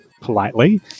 politely